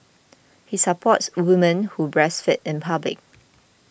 he supports women who breastfeed in public